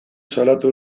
salatu